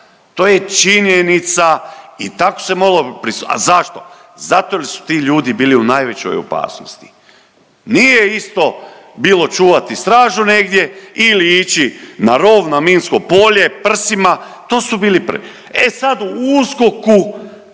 se ne razumije./… a zašto? Zato jer su ti ljudi bili u najvećoj opasnosti. Nije isto bilo čuvati stražu negdje ili ići na rov, na minsko polje prsima. To su bili …/Govornik se